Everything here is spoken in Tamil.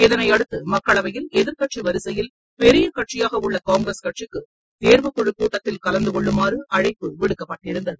இதனையடுத்து மக்களவையில் எதிர்க்கட்சி வரிசையில் பெரிய கட்சியாக உள்ள காங்கிரஸ் கட்சிக்கு தேர்வுக்குழு கூட்டத்தில் கலந்து கொள்ளுமாறு அழைப்பு விடுக்கப்பட்டிருந்தது